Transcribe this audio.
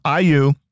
IU